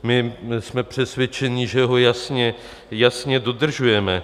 My jsme přesvědčeni, že ho jasně dodržujeme.